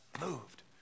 moved